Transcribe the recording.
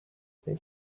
they